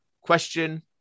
question